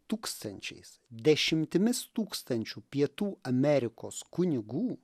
tūkstančiais dešimtimis tūkstančių pietų amerikos kunigų